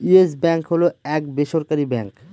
yes bank হল এক বেসরকারি ব্যাঙ্ক